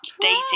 dating